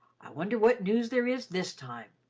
wonder what news there is this time,